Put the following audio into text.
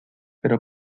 pero